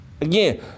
Again